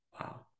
wow